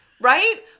right